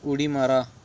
उडी मारा